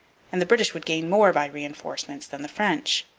and the british would gain more by reinforcements than the french.